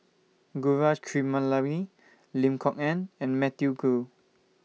Gaurav Kripalani Lim Kok Ann and Matthew Ngui